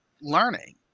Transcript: learning